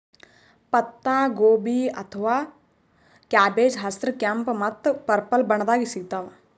ಪತ್ತಾಗೋಬಿ ಅಥವಾ ಕ್ಯಾಬೆಜ್ ಹಸ್ರ್, ಕೆಂಪ್ ಮತ್ತ್ ಪರ್ಪಲ್ ಬಣ್ಣದಾಗ್ ಸಿಗ್ತಾವ್